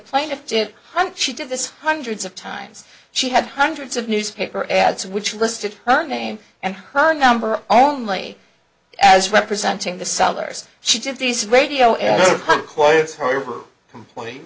think she did this hundreds of times she had hundreds of newspaper ads which listed her name and her number only as representing the sellers she did these radio